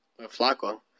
Flaco